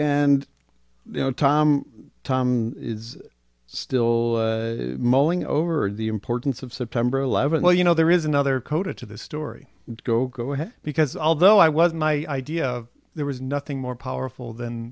and you know tom tom is still mulling over the importance of september eleventh well you know there is another coda to this story go go ahead because although i was my idea of there was nothing more powerful than